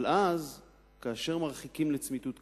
כאשר מרחיקים לצמיתות,